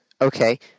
Okay